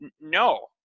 no